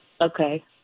Okay